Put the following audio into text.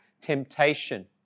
temptation